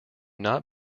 not